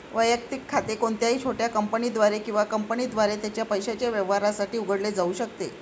वैयक्तिक खाते कोणत्याही छोट्या कंपनीद्वारे किंवा कंपनीद्वारे त्याच्या पैशाच्या व्यवहारांसाठी उघडले जाऊ शकते